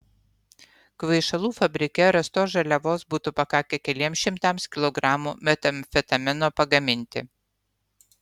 kvaišalų fabrike rastos žaliavos būtų pakakę keliems šimtams kilogramų metamfetamino pagaminti